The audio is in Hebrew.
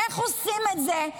איך עושים את זה,